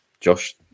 Josh